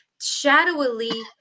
shadowily